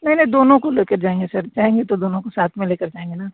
नहीं नहीं दोनों को ले कर जाएंगे सर जाएंगे तो दोनों को साथ में ले कर जाएंगे ना